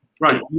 Right